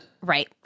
Right